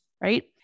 right